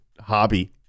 hobby